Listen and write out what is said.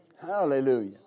hallelujah